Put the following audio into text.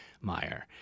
Meyer